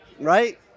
Right